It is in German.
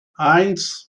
eins